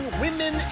women